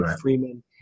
Freeman